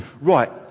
Right